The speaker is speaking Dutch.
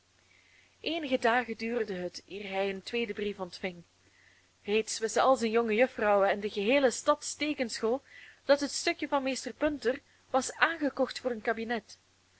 eenige dagen duurde het eer hij een tweeden brief ontving reeds wisten al zijne jonge juffrouwen en de geheele stads teekenschool dat het stukje van meester punter was aangekocht voor een kabinet